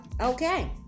Okay